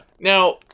Now